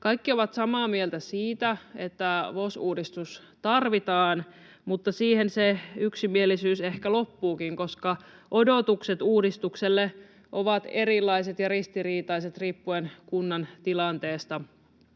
Kaikki ovat samaa mieltä siitä, että VOS-uudistus tarvitaan, mutta siihen se yksimielisyys ehkä loppuukin, koska odotukset uudistukselle ovat erilaiset ja ristiriitaiset riippuen kunnan tilanteesta,